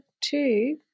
two